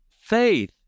faith